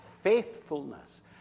faithfulness